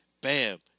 bam